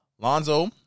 Lonzo